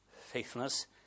faithfulness